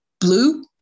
blue